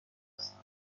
هستند